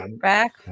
back